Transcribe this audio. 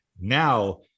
now